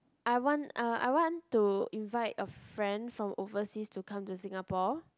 I want uh I want to invite a friend from overseas to come to Singapore